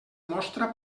mostra